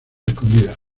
escondida